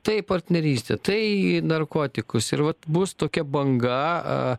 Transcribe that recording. tai partnerystė tai narkotikus ir vat bus tokia banga